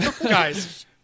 guys